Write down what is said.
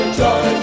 joy